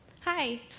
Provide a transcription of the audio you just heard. Hi